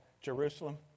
Jerusalem